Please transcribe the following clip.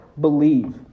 believe